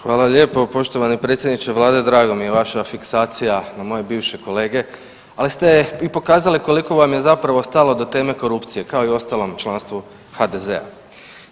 Hvala lijepo poštovani predsjedniče Vlade, drago mi je, vaša fiksacija na moje bivše kolege, ali ste i pokazali koliko vam je zapravo stalo do teme korupcije, kao i ostalom članstvu HDZ-a.